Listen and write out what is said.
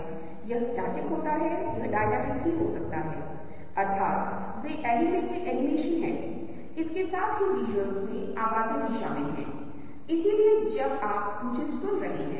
और यहां प्राथमिक रंग प्राथमिक रंग 1 प्राथमिक रंग 2 प्राथमिक रंग 3 के उदाहरण हैं ये द्वितीयक रंग हैं 1 2 3 और आप अभी भी अन्य प्रकार के रंग बनाने के लिए इन्हें मिलाते रह सकते हैं